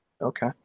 Okay